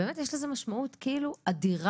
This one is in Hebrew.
באמת יש לזה משמעות כאילו אדירה.